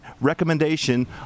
recommendation